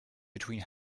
between